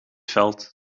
veld